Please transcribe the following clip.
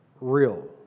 real